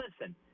listen